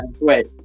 wait